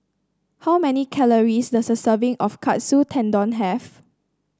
how many calories does a serving of Katsu Tendon have